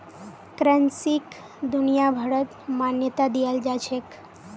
करेंसीक दुनियाभरत मान्यता दियाल जाछेक